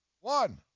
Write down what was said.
one